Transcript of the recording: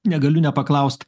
negaliu nepaklaust